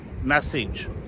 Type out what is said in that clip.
message